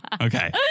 Okay